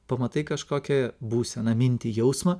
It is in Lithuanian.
pamatai kažkokią būseną mintį jausmą